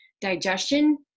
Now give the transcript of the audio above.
digestion